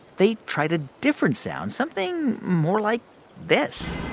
they tried a different sound something more like this